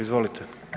Izvolite.